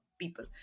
people